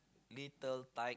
little Thai